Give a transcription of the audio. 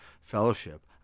fellowship